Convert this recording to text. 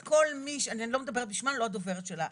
אני לא מדברת בשמה, אני לא הדוברת שלה.